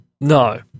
No